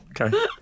okay